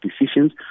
decisions